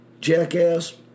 jackass